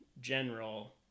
general